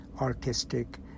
artistic